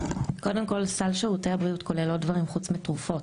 קודם כול סל שירותי הבריאות כולל עוד דברים חוץ מתרופות,